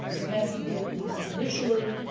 there has to be, at least initially,